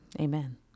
Amen